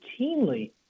routinely